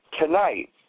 tonight